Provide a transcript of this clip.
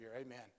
Amen